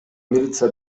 милиция